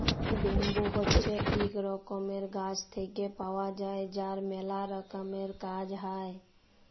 bamboo হছে ইক রকমের গাছ থেক্যে পাওয়া যায় যার ম্যালা রকমের কাজ হ্যয়